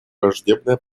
враждебная